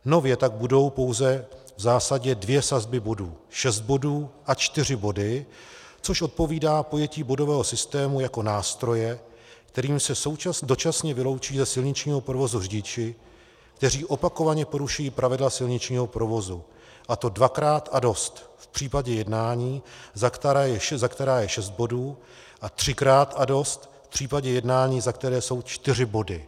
Nově tak budou pouze v zásadě dvě sazby bodů, šest bodů a čtyři body, což odpovídá pojetí bodového systému jako nástroje, kterým se dočasně vyloučí ze silničního provozu řidiči, kteří opakovaně porušují pravidla silničního provozu, a to dvakrát a dost v případě jednání, za které je šest bodů, a třikrát a dost v případě jednání, za které jsou čtyři body.